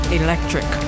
electric